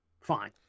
fine